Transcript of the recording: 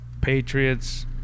Patriots